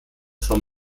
vom